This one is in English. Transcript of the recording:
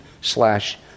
slash